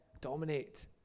dominate